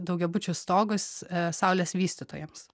daugiabučių stogus saulės vystytojams